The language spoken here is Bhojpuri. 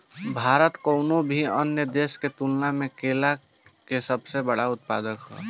भारत कउनों भी अन्य देश के तुलना में केला के सबसे बड़ उत्पादक ह